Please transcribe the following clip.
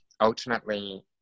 ultimately